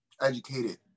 educated